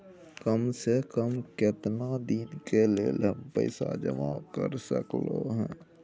काम से कम केतना दिन के लेल हम पैसा जमा कर सकलौं हैं?